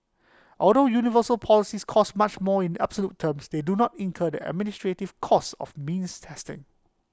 although universal policies cost much more in absolute terms they do not incur the administrative costs of being tested